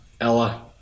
Ella